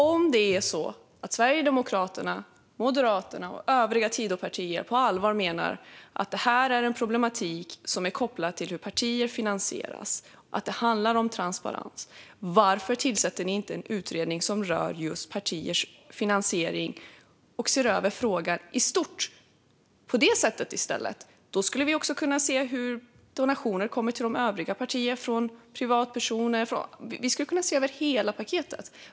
Om Sverigedemokraterna, Moderaterna och övriga Tidöpartier på allvar menar att detta är en problematik som är kopplad till hur partier finansieras och att det handlar om transparens, varför tillsätter ni då inte i stället en utredning som rör just partiers finansiering och ser över frågan i stort? Då skulle vi också kunna se hur donationer kommer till övriga partier från privatpersoner. Vi skulle kunna se över hela paketet.